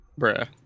Bruh